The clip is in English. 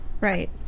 Right